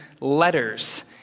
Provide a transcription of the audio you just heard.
letters